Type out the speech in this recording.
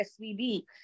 SVB